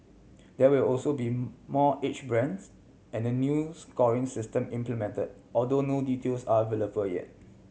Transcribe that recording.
there will also be more age brands and a new scoring system implemented although no details are available for yet